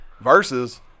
versus